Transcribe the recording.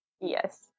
Yes